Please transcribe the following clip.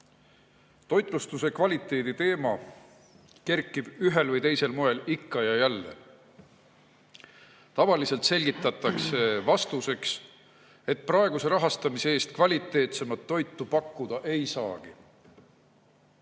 lastest. Toitlustuse kvaliteedi teema kerkib ühel või teisel moel üles ikka ja jälle. Tavaliselt selgitatakse vastuseks, et praeguse rahastamise korral kvaliteetsemat toitu pakkuda ei saagi.